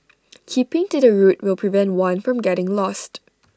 keeping to the route will prevent one from getting lost